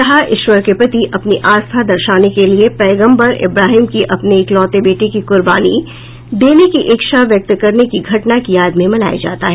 ईद उल अजहा ईश्वर के प्रति अपनी आस्था दर्शाने के लिए पैगम्बर इब्राहीम की अपने इकलौते बेटे की कुर्बानी देने की इच्छा व्यक्त करने की घटना की याद में मनाया जाता है